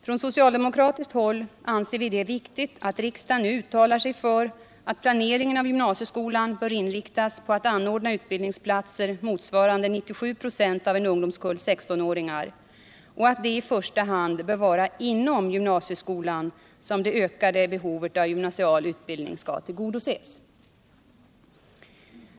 På socialdemokratiskt håll anser vi att det är viktigt att riksdagen nu uttalar sig för att planeringen av gymnasieskolan bör inriktas på anordnandet av utbildningsplatser, motsvarande 97 26 av en ungdomskull 16-åringar och att det i första hand bör vara inom gymnasieskolan som det ökade behovet av gymnasial utbildning skall tillgodoses.